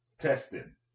testing